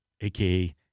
aka